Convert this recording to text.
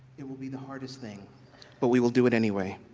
it will be the hardest thing but we will do it anyway.